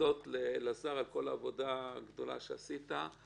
להודות לאלעזר על כל העבודה הגדולה שעשית,